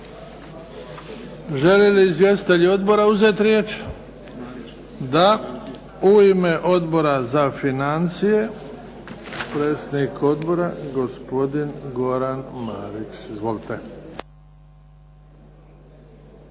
Žele li izvjestitelji odbora uzeti riječ? Da. U ime Odbora za financije predsjednik odbora gospodin Goran Marić. Izvolite.